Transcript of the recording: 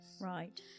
Right